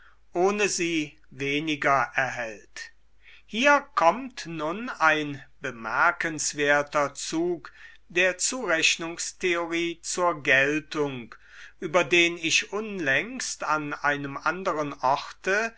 ohne sie weniger erhält hier kommt nun ein bemerkenswerter zug der zurechnungstheorie zur geltung über den ich unlängst an einem anderen orte